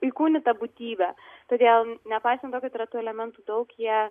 įkūnyta būtybė todėl nepaisant to kad yra tų elementų daug jie